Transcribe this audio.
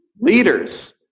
leaders